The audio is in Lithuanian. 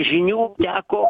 žinių teko